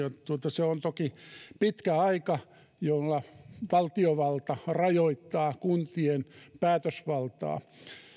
se on toki pitkä aika jonka valtiovalta rajoittaa kuntien päätösvaltaa